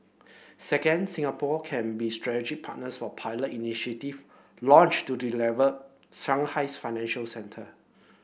second Singapore can be strategic partner for pilot initiative launched to develop Shanghai's financial centre